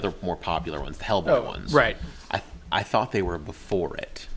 other more popular ones right i thought they were before it